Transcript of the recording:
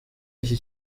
iki